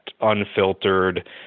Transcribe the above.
unfiltered